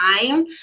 time